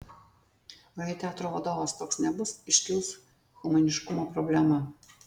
o jei teatro vadovas toks nebus iškils humaniškumo problema